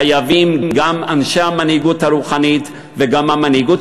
חייבים גם אנשי המנהיגות הרוחנית וגם המנהיגות